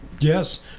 Yes